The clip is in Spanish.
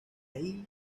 ahí